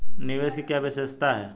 निवेश की क्या विशेषता है?